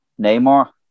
Neymar